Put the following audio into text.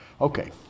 Okay